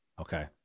Okay